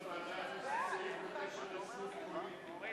אני מקווה שבוועדה הזאת יכניסו סעיף בקשר לזנות פוליטית.